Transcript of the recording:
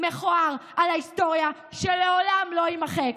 מכוער על ההיסטוריה שלעולם לא יימחק.